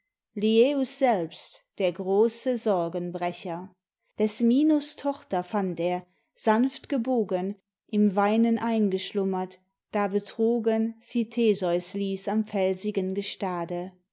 selbst der große sorgenbrecher des minos tochter fand er sanftgebogen im weinen eingeschlummert da betrogen sie theseus ließ am felsigen gestade